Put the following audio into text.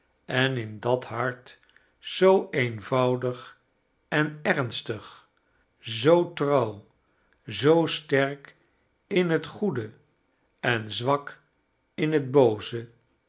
en in dat hart zoo eenvoudig en ernstig zoo trouw zoo sterk in het goede en zwak in het booze